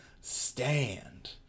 stand